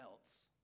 else